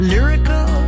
Lyrical